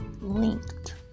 linked